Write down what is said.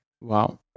Wow